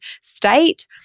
state